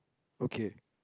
okay